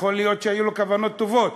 יכול להיות שהיו לו כוונות טובות,